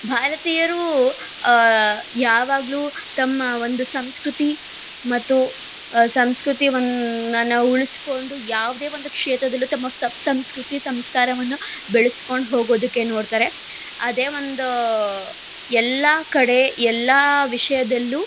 ಭಾರತೀಯರು ಯಾವಾಗಲೂ ತಮ್ಮ ಒಂದು ಸಂಸ್ಕೃತಿ ಮತ್ತು ಸಂಸ್ಕೃತಿಯನ್ನ ನಾವು ಉಳಿಸಿಕೊಂಡು ಯಾವುದೇ ಒಂದು ಕ್ಷೇತ್ರದಲ್ಲೂ ತಮ್ಮ ಸಂಸ್ಕೃತಿ ಸಂಸ್ಕಾರವನ್ನು ಬೆಳೆಸ್ಕೊಂಡು ಹೋಗೋದಕ್ಕೆ ನೋಡ್ತಾರೆ ಅದೇ ಒಂದು ಎಲ್ಲ ಕಡೆ ಎಲ್ಲ ವಿಷಯದಲ್ಲೂ